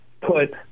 put